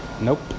Nope